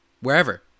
wherever